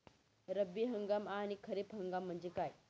रब्बी हंगाम आणि खरीप हंगाम म्हणजे काय?